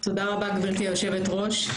גברתי היושבת ראש.